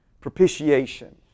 Propitiation